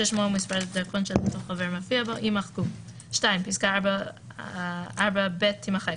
ששמו ומספר הדרכון של אותו חבר מופיע בו״ יימחקו ; (2)פסקה (4ב) תימחק,